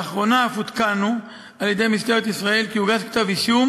לאחרונה אף עודכנו על-ידי משטרת ישראל כי הוגש כתב-אישום